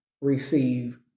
receive